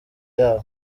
yabo